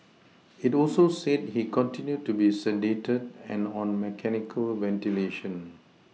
it also said he continued to be sedated and on mechanical ventilation